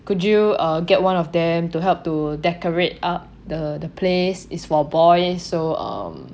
could you uh get one of them to help to decorate up the the place is for boy so um